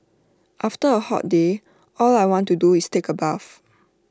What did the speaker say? after A hot day all I want to do is take A bath